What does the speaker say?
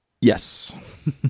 Yes